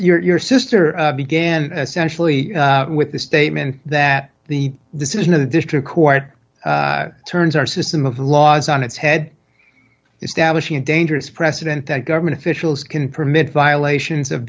sorry your sister began especially with the statement that the decision of the district court turns our system of laws on its head establishing a dangerous precedent that government officials can permit violations